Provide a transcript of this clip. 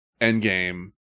Endgame